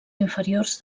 inferiors